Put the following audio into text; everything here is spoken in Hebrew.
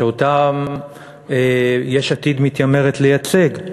שאותם יש עתיד מתיימרת לייצג,